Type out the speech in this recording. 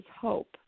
hope